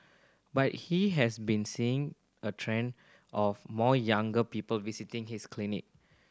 but he has been seeing a trend of more younger people visiting his clinic